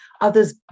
others